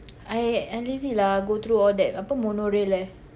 I I lazy lah go through all that apa monorail eh